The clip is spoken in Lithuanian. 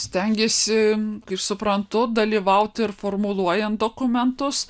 stengėsi kaip suprantu dalyvauti ir formuluojant dokumentus